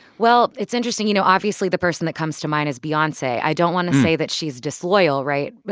well, it's interesting. you know, obviously the person that comes to mind is beyonce. i don't want to say that she's disloyal, right?